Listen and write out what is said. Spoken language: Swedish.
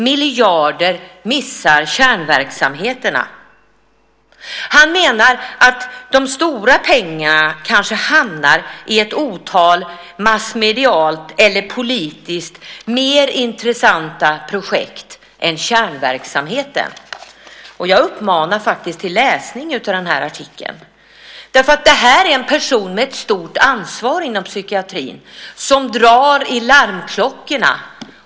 Miljarder missar kärnverksamheterna". Han menar att de stora pengarna hamnar i ett otal projekt som är massmedialt eller politiskt mer intressanta än kärnverksamheten. Jag uppmanar till läsning av den artikeln. Författaren är en person med ett stort ansvar i psykiatrin och som nu drar i larmklockorna.